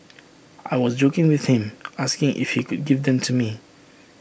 I was joking with him asking if he could give them to me